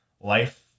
life